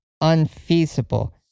unfeasible